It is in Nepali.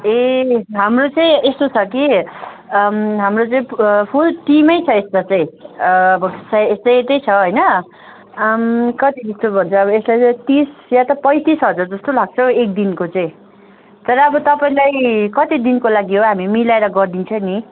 ए हाम्रो चाहिँ यस्तो छ कि हाम्रो चाहिँ फुल टिमै छ यसमा चाहिँ अब से सेटै छ होइन कति लिन्छु भन्छु यसलाई चाहिँ तिस या त पैँतिस हजार जस्तो लाग्छ हौ एक दिनको चाहिँ तर अब तपाईँलाई कति दिनको लागि हो हामी मिलाएर गरिदिन्छ नि